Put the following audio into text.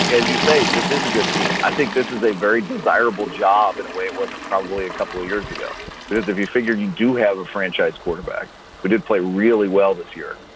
as you say, this is a good team. i think this is a very desirable job in a way it wasn't probably a couple of years ago, because if you figured you do have a franchise quarterback who did play really well this year,